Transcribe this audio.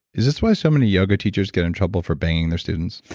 is this why so many yoga teachers get in trouble for bang ing their students?